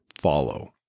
follow